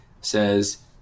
says